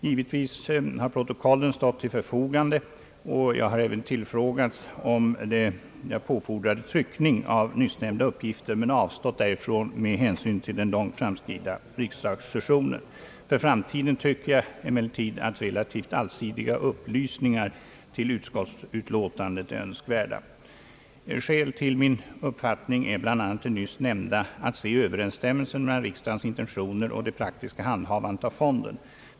Givetvis har protokollen stått till förfogande, och jag har även tillfrågats om jag påfordrade tryckning av nyssnämnda uppgifter men avstått därifrån med hänsyn till den långt framskridna riksdagssessionen. För framtiden tycker jag emellertid att relativt allsidiga upplysningar till utskottsutlåtandet är önskvärda. Skäl till min uppfattning är bl.a. det nyss nämnda, nämligen att se överensstämmelsen mellan riksdagens intentioner och det praktiska handhavandet av fonden.